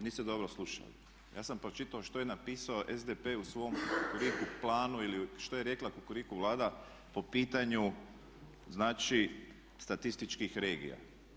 niste dobro slušali, ja sam pročitao šta je napisao SDP u svom kukuriku planu ili što je rekla kukuriku Vlada po pitanju znači statističkih regija.